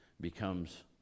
becomes